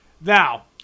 Now